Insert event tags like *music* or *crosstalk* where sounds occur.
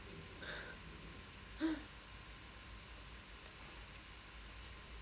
*laughs*